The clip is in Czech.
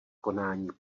konání